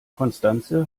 constanze